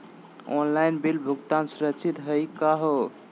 Online bill भुगतान सुरक्षित हई का हो?